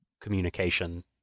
communication